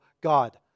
God